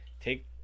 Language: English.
take